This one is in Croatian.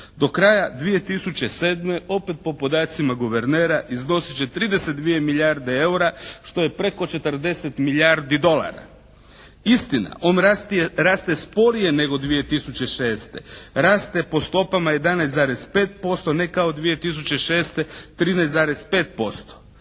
Do kraja 2007. opet po podacima guvernera iznosit će 32 milijarde eura što je preko 40 milijardi dolara. Istina, on raste sporije nego 2006. Raste po stopama 11,5% ne kao 2006. 13,5%.